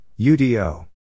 UDO